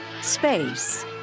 Space